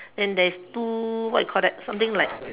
and there is two what you call that something like